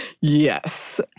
Yes